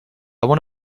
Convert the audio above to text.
want